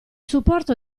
supporto